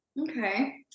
Okay